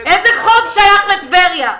איזה חוף שייך לטבריה?